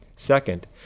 Second